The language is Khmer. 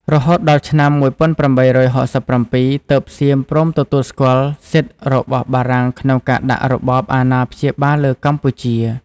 រហូតដល់ឆ្នាំ ១៨៦៧ ទើបសៀមព្រមទទួលស្គាល់សិទ្ធិរបស់បារាំងក្នុងការដាក់របបអាណាព្យាបាលលើកម្ពុជា។